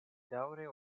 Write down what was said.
daŭre